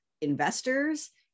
investors